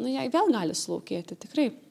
nu jei vėl gali sulaukėti tikrai